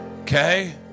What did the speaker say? okay